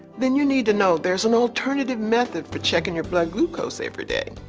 then you need to know there is an alternative method for checking your blood glucose every day.